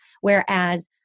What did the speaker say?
Whereas